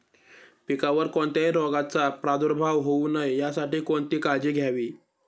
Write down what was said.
पिकावर कोणत्याही रोगाचा प्रादुर्भाव होऊ नये यासाठी कोणती काळजी घ्यावी?